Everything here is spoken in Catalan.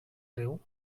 riu